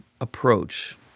approach